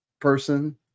Person